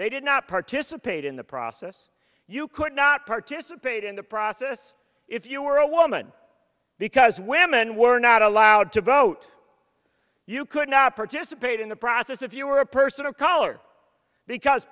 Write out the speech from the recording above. they did not participate in the process you could not participate in the process if you were a woman because women were not allowed to vote you could not participate in the process if you were a person of color because